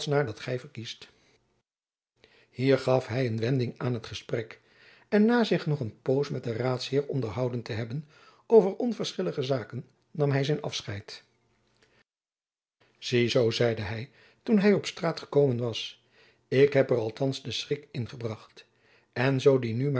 gy verkiest hier gaf hy een wending aan het gesprek en na zich nog een poos met den raadsheer onderhouden te hebben over onverschillige zaken nam hy zijn afscheid zie zoo zeide hy toen hy op straat gekomen was ik heb er althands den schrik in gebracht en zoo die nu